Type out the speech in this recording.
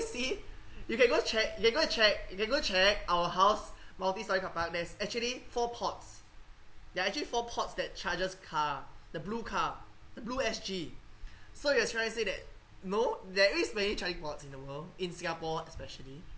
see you can go check you can go and check you can go check our house multi-storey carpark there's actually four ports there are actually four ports that charges car the blue car blue S_G so you are trying to say that no there is many charging ports in the world in singapore especially